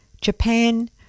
Japan